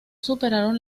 superaron